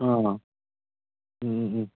ꯑꯪ ꯎꯝ